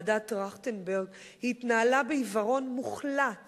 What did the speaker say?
ועדת-טרכטנברג התנהלה בעיוורון מוחלט